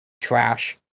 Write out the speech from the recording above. trash